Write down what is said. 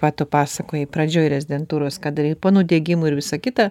ką tu pasakojai pradžioj rezidentūros ką darei po nudegimų ir visa kita